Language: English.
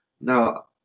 Now